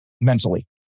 mentally